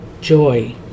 joy